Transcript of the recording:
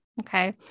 Okay